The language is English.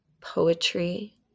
poetry